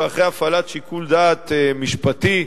ואחרי הפעלת שיקול דעת משפטי,